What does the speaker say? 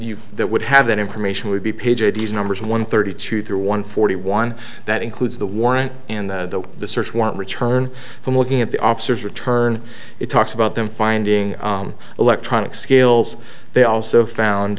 you that would have that information would be page id's numbers one thirty two through one forty one that includes the warrant and the the search warrant return from looking at the officers return it talks about them finding electronic scales they also found